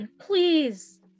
Please